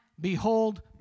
Behold